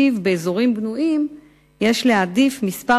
שלפיו באזורים בנויים יש להעדיף מספר